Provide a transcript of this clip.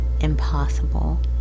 impossible